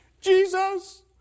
Jesus